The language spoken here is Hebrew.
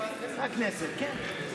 אנחנו רוצים לוועדה המשותפת לביטחון וחוקה.